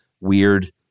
weird